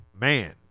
man